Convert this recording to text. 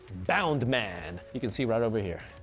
boundman, you can see right over here,